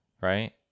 right